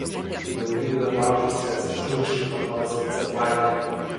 ilgai dar laužysies šiurkščiai paklausė cėplaitė